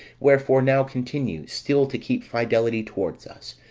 wherefore now continue still to keep fidelity towards us,